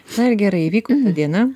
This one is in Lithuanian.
na ir gerai įvyko ta diena